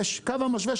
יש את קו המשווה,